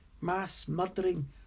mass-murdering